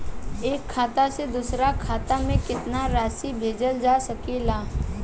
एक खाता से दूसर खाता में केतना राशि भेजल जा सके ला?